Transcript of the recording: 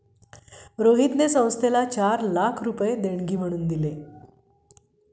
रोहितने संस्थेला चार लाख रुपये देणगी म्हणून दिले